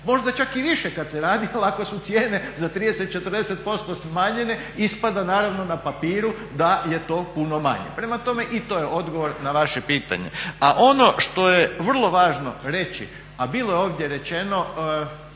možda čak i više kada se radi. Ali ako su cijene za 30, 40% smanjene ispada naravno na papiru da je to puno manje. Prema tome i to je odgovor na vaše pitanje. A ono što je vrlo važno reći a bilo je ovdje rečeno,